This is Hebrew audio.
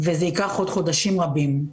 וזה ייקח עוד חודשים רבים.